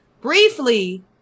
briefly